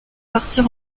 partir